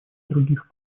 других